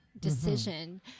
decision